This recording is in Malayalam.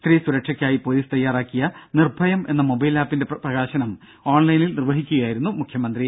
സ്ത്രീസുരക്ഷയ്ക്കായി പോലീസ് തയ്യാറാക്കിയ നിർഭയം എന്ന മൊബൈൽ ആപ്പിന്റെ പ്രകാശനം ഓൺലൈനിൽ നിർവഹിക്കുകയായിരുന്നു അദ്ദേഹം